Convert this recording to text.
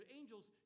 angels